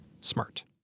smart